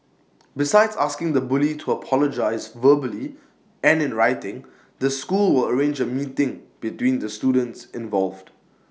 besides asking the bully to apologise verbally and in writing the school will arrange A meeting between the students involved